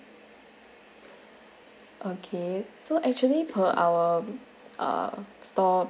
okay so actually per our uh store